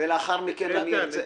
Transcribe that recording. ולאחר מכן אני רוצה --- איתן,